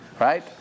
Right